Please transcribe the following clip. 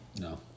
No